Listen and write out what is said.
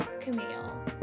camille